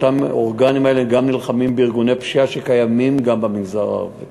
אותם אורגנים גם נלחמים בארגוני פשיעה שקיימים גם במגזר הערבי.